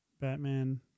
Batman